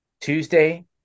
Tuesday